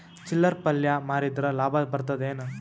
ಚಿಲ್ಲರ್ ಪಲ್ಯ ಮಾರಿದ್ರ ಲಾಭ ಬರತದ ಏನು?